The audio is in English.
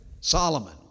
Solomon